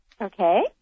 Okay